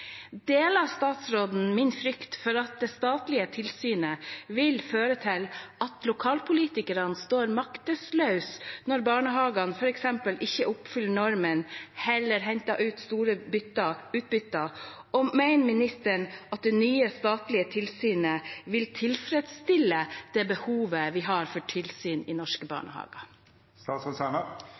Deler statsråden min frykt for at det statlige tilsynet vil føre til at lokalpolitikerne står maktesløse når barnehagene f.eks. ikke oppfyller normen og heller henter ut store utbytter, og mener statsråden at det nye statlige tilsynet vil tilfredsstille det behovet vi har for tilsyn i norske